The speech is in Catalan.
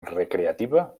recreativa